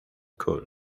cole